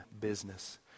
business